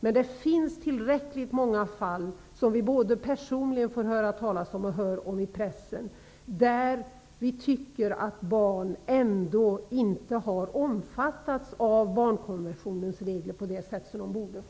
Men det finns tillräckligt många fall som vi får höra talas om personligen och kan läsa om i pressen där barn ändå inte har omfattats av barnkonventionens regler på ett riktigt sätt.